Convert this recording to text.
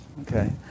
Okay